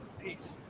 Peace